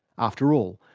after all,